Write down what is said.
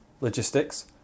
logistics